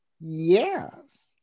yes